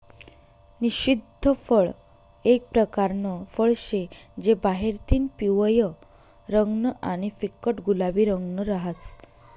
निषिद्ध फळ एक परकारनं फळ शे जे बाहेरतीन पिवयं रंगनं आणि फिक्कट गुलाबी रंगनं रहास